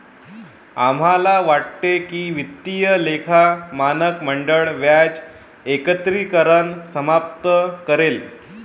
आम्हाला वाटते की वित्तीय लेखा मानक मंडळ व्याज एकत्रीकरण समाप्त करेल